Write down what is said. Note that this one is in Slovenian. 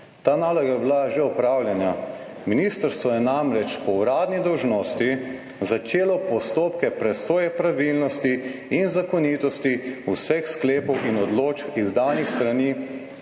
Ta naloga je bila že opravljena, ministrstvo je namreč po uradni dolžnosti začelo postopke presoje pravilnosti in zakonitosti vseh sklepov in odločb, izdanih s strani